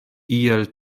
iel